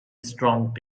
strong